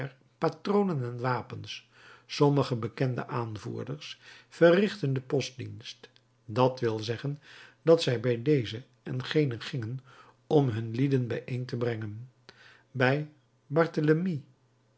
patronen en wapens sommige bekende aanvoerders verrichtten den postdienst dat wil zeggen dat zij bij dezen en genen gingen om hun lieden bijeen te brengen bij